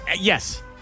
Yes